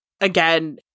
Again